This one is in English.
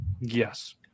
yes